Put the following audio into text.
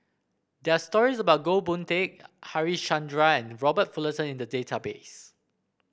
there're stories about Goh Boon Teck Harichandra and Robert Fullerton in the database